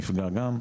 נפגע גם,